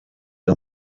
aya